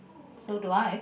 so do I